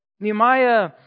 Nehemiah